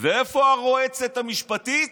ואיפה הרועצת המשפטית?